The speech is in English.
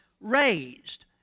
raised